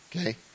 Okay